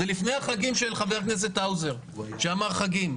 זה לפני החגים של חבר הכנסת האוזר, שאמר חגים.